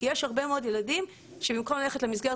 כי יש הרבה מאוד ילדים שבמקום ללכת למסגרת